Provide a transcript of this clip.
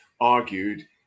argued